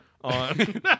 On